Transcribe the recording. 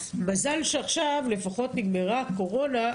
מזל שעכשיו לפחות נגמרה הקורונה,